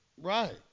Right